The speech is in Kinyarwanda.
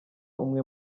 umwe